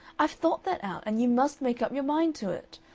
i've thought that out, and you must make up your mind to it.